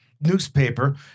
newspaper